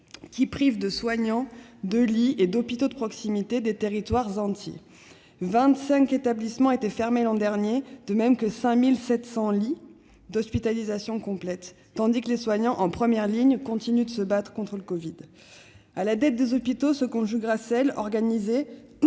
qui privent de soignants, de lits et d'hôpitaux de proximité des territoires entiers : 25 établissements étaient fermés l'an dernier, de même que 5 700 lits d'hospitalisation complète, tandis que les soignants en première ligne continuent de se battre contre le covid. À la dette des hôpitaux se conjuguera celle, organisée,